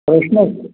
प्रश्नच नाही